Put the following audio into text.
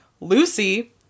Lucy